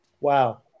Wow